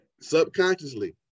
Subconsciously